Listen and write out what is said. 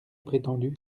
prétendu